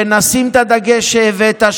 ונשים את הדגש שהבאת,